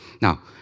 Now